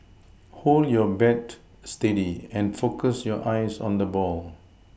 hold your bat steady and focus your eyes on the ball